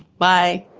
bye.